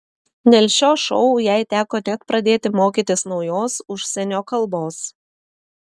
dėl šio šou jai teko net pradėti mokytis naujos užsienio kalbos